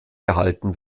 gehalten